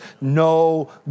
no